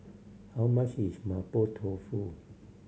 how much is Mapo Tofu